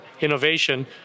innovation